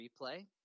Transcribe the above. Replay